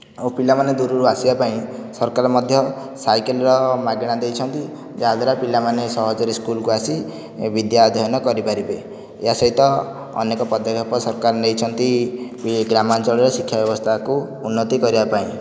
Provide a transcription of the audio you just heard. ଆଉ ପିଲାମାନେ ଦୂରରୁ ଆସିବା ପାଇଁ ସରକାର ମଧ୍ୟ ସାଇକେଲର ମାଗଣାରେ ଦେଇଛନ୍ତି ଯାହାଦ୍ୱାରା ପିଲାମାନେ ସହଜରେ ସ୍କୁଲକୁ ଆସି ଏ ବିଦ୍ୟା ଅଧ୍ୟୟନ କରିପାରିବେ ଏହା ସହିତ ଅନେକ ପଦକ୍ଷେପ ସରକାର ନେଇଛନ୍ତି ଏ ଗ୍ରାମାଞ୍ଚଳର ଶିକ୍ଷା ବ୍ୟବସ୍ଥାକୁ ଉନ୍ନତି କରିବା ପାଇଁ